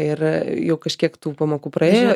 ir jau kažkiek tų pamokų praėjo